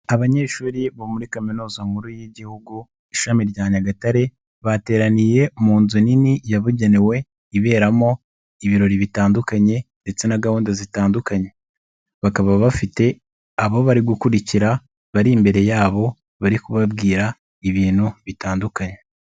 Abanyeshuri bo muri kaminuza nkuru y'igihugu ishami rya Nyagatare, bateraniye mu nzu nini yabugenewe iberamo ibirori bitandukanye ndetse na gahunda zitandukanye, bakaba bafite abo bari gukurikira bari imbere yabo bari kubabwira ibintu bitandukanye.